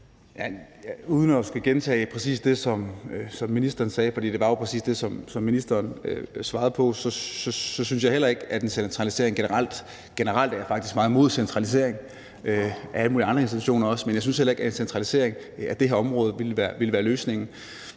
det var jo præcis det, som ministeren svarede, synes jeg heller ikke, at en centralisering ville være løsningen. Og generelt er jeg faktisk meget imod centralisering af alle mulige andre institutioner også, men jeg synes heller ikke, at en centralisering af det her område ville være løsningen.